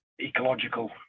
ecological